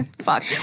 fuck